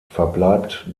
verbleibt